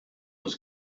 was